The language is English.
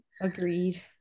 Agreed